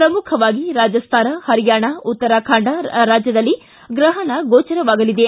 ಪ್ರಮುಖವಾಗಿ ರಾಜಸ್ತಾನ ಹರಿಯಾಣ ಉತ್ತರಾಖಂಡ ರಾಜ್ಯದಲ್ಲಿ ಗ್ರಹಣ ಗೋಚರವಾಗಲಿದೆ